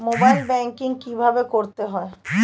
Mobile banking কীভাবে করতে হয়?